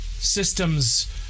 systems